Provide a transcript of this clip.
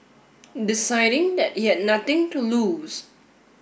deciding that he had nothing to lose